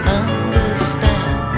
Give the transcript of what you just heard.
understand